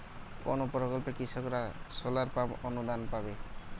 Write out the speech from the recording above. কোন প্রকল্পে কৃষকরা সোলার পাম্প অনুদান পাবে?